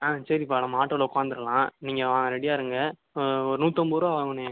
ஆ சரிப்பா நம்ம ஆட்டோவில் உட்காந்துருலாம் நீங்கள் ரெடியாக இருங்க ஒரு நூற்றம்பது ரூபா ஆகுண்ணே